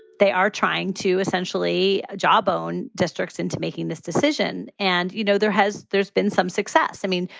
they are trying to essentially jawbone districts into making this decision and, you know, there has there's been some success. i mean,